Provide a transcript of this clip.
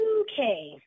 okay